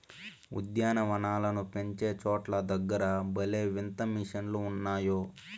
ఉద్యాన వనాలను పెంచేటోల్ల దగ్గర భలే వింత మిషన్లు ఉన్నాయే